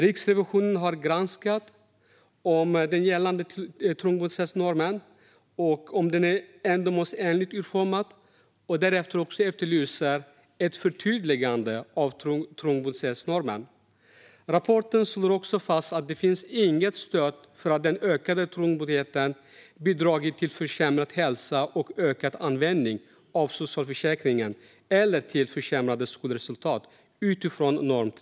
Riksrevisionen har granskat den gällande trångboddhetsnormen för att se om den är ändamålsenligt utformad och efterlyser ett förtydligande av den. Rapporten slår också fast att det inte finns något stöd för att den ökade trångboddheten bidragit till försämrad hälsa och ökad användning av socialförsäkringen eller till försämrade skolresultat utifrån norm 3.